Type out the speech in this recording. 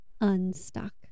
unstuck